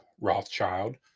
Rothschild